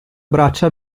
braccia